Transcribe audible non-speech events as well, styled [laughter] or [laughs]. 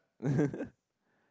[laughs]